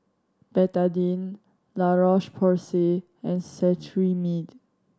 Betadine La Roche Porsay and Cetrimide